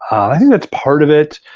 i think that's part of it.